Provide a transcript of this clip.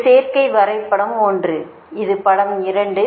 இது சேர்க்கை வரைபடம் 1 இது படம் 2